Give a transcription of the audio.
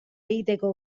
egiteko